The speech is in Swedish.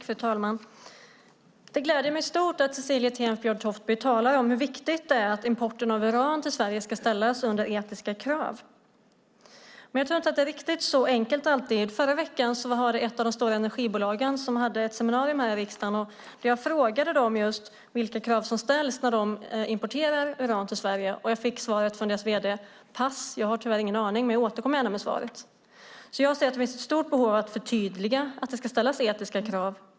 Fru talman! Det gläder mig stort att Cecilie Tenfjord-Toftby talar om hur viktigt det är att importen av uran till Sverige ska ställas under etiska krav. Men jag tror inte att det alltid är så enkelt. Förra veckan deltog ett av de stora energibolagen vid ett seminarium i riksdagen. Jag frågade dem vilka krav som ställs när de importerar uran till Sverige. Jag fick svaret från vd:n: Pass, jag har tyvärr ingen aning, men jag återkommer gärna med svaret. Jag anser att det finns ett stort behov av att förtydliga att det ska ställas etiska krav.